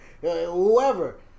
whoever